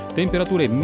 temperature